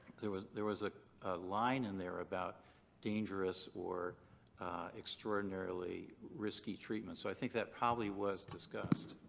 there was there was a line in there about dangerous or extraordinarily risky treatments. so i think that probably was discussed.